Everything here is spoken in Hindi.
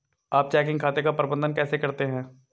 आप चेकिंग खाते का प्रबंधन कैसे करते हैं?